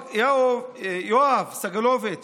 יואב סגלוביץ',